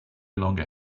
longer